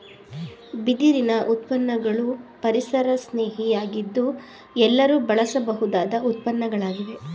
ಬಿದಿರಿನ ಉತ್ಪನ್ನಗಳು ಪರಿಸರಸ್ನೇಹಿ ಯಾಗಿದ್ದು ಎಲ್ಲರೂ ಬಳಸಬಹುದಾದ ಉತ್ಪನ್ನಗಳಾಗಿವೆ